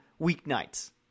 weeknights